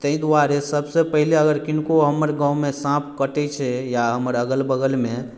ताहि दुआरे सबसे पहिले अगर किनको हमर गाँवमे साँप कटै छै या हमर अगल बगलमे